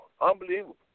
Unbelievable